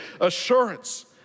assurance